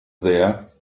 there